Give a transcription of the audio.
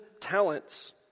talents